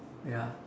ya